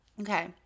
Okay